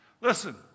Listen